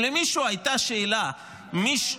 עם רמאללה לא מדברים,